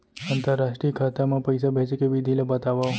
अंतरराष्ट्रीय खाता मा पइसा भेजे के विधि ला बतावव?